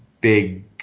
big